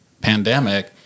pandemic